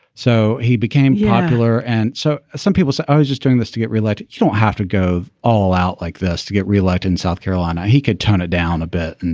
so he became popular. and so some people say, oh, just doing this to get re-elected. you don't have to go all out like this to get re-elected in south carolina. he could tone it down a bit. and